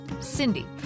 Cindy